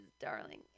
darling